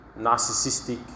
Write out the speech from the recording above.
narcissistic